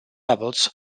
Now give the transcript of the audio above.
levels